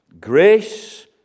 Grace